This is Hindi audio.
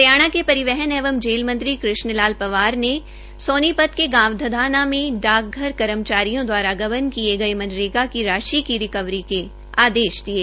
हरियाणा के परिवहन एवं जेल मंत्री कृष्ण लाल पंवार ने सोनीपत के गांव धनाना में डाकघर कर्मचारियों दवारा गबन किये गये मनरेगा की राशि की रिकवरी के आदेश दिये